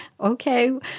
Okay